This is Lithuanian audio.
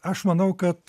aš manau kad